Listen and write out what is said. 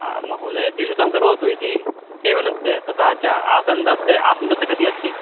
महोदय द्विशतं करोतु इति टेबलस्य तथा च आसन्दस्य आसन्दस्य कति अस्ति